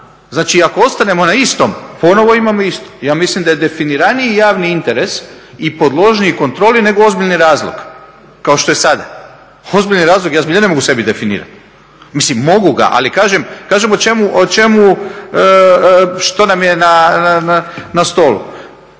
Znači, ako ostanemo na istom ponovo imamo isto. Ja mislim da je definiraniji javni interes i podložniji kontroli nego ozbiljni razlog kao što je sada. Ozbiljni razlog ja zbilja ne mogu sebi definirati. Mislim mogu ga, ali kažem o čemu, što nam je na stolu.